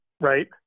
Right